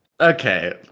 Okay